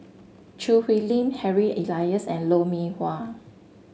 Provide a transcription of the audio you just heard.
Choo Hwee Lim Harry Elias and Lou Mee Wah